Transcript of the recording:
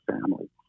family